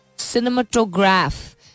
Cinematograph